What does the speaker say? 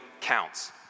counts